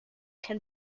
can